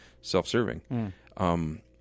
self-serving